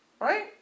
right